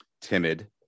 timid